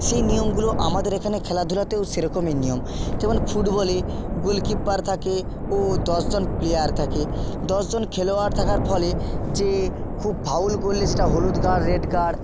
সেই নিয়মগুলো আমাদের এখানে খেলাধূলাতেও সেরকমই নিয়ম যেমন ফুটবলে গোলকিপার থাকে ও দশজন প্লেয়ার থাকে দশজন খেলোয়াড় থাকার ফলে যে খুব ফাউল করলে সেটা হলুদ কার্ড রেড কার্ড